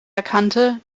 erkannte